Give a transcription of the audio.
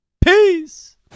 Peace